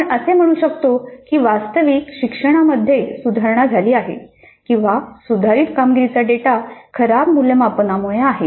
आपण असे म्हणू शकतो की वास्तविक शिक्षणामध्ये सुधारणा झाली आहे किंवा सुधारित कामगिरीचा डेटा खराब मूल्यमापनामुळे आहे